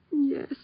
Yes